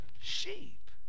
sheep